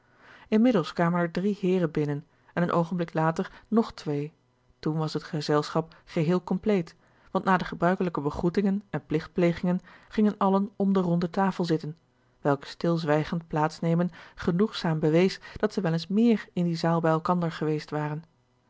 inmiddels kwamen er drie heeren binnen en een oogenblik later nog twee toen was het gezelschap geheel compleet want na de gebruikelijke begroetingen en pligtplegingen gingen allen om de ronde tafel zitten welk stilzwijgend plaatsnemen genoegzaam bewees dat zij wel eens meer in die zaal bij elkander geweest waren